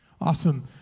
Awesome